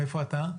מאיפה אתה?